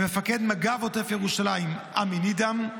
למפקד מג"ב עוטף ירושלים עמי נידם,